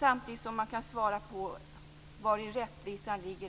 Samtidigt kan man svara på vari det rättvisa ligger